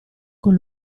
con